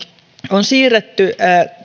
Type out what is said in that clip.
on siirretty